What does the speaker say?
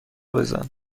بزن